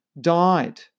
died